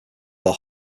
sold